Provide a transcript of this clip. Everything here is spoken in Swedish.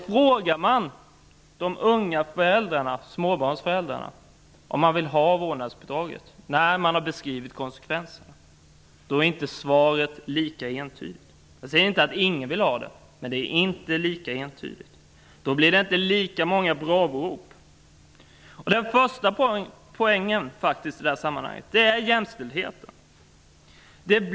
Frågar man de unga småbarnsföräldrarna om de vill ha vårdnadsbidraget, när man har beskrivit konsekvenserna, då är inte svaret lika entydigt. Jag säger inte att ingen vill ha det, men det är inte lika entydigt. Då blir det inte lika många bravorop. Den första poängen är jämställdheten.